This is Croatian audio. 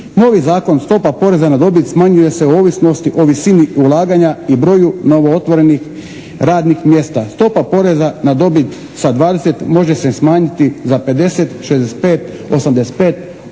Novi zakon stopa poreza na dobit smanjuje se ovisno o visini ulaganja i broju novo otvorenih radnih mjesta. Stopa poreza na dobit sa 20 može se smanjiti za 50, 65, 85